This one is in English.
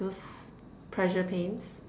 those pressure pains